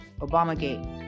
Obamagate